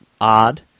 odd